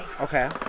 Okay